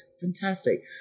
Fantastic